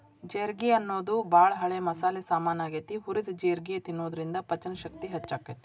ಜೇರ್ಗಿ ಅನ್ನೋದು ಬಾಳ ಹಳೆ ಮಸಾಲಿ ಸಾಮಾನ್ ಆಗೇತಿ, ಹುರಿದ ಜೇರ್ಗಿ ತಿನ್ನೋದ್ರಿಂದ ಪಚನಶಕ್ತಿ ಹೆಚ್ಚಾಗ್ತೇತಿ